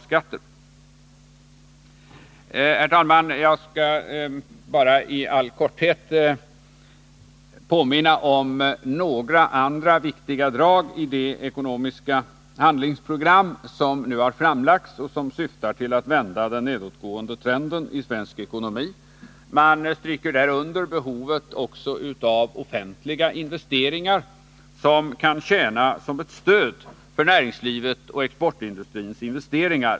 Herr talman! Jag skall till sist bara i all korthet påminna om några andra viktiga drag i det ekonomiska handlingsprogram som nu har framlagts och som syftar till att vända den nedåtgående trenden i svensk ekonomi. Man stryker där under behovet av också offentliga investeringar som kan tjäna som ett stöd för näringslivet och för exportindustrins investeringar.